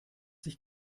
sich